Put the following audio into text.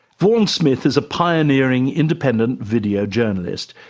vaughan smith is a pioneering independent video journalist.